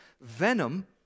venom